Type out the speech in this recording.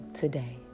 today